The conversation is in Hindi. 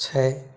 छ